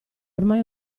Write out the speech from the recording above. ormai